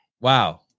Wow